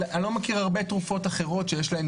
אני לא מכיר הרבה תרופות אחרות שיש להן